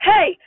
Hey